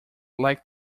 like